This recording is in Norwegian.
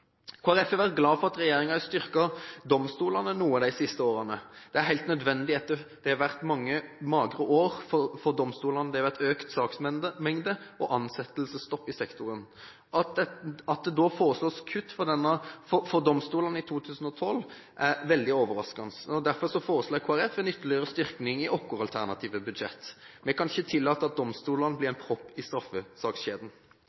har vært glad for at regjeringen har styrket domstolene noe de siste årene. Det er helt nødvendig. Det har vært mange magre år for domstolene, det har vært økt saksmengde og ansettelsesstopp i sektoren. At det da foreslås kutt for domstolene i 2012, er veldig overraskende. Derfor foreslår Kristelig Folkeparti en ytterligere styrking i sitt alternative budsjett. Vi kan ikke tillate at domstolene blir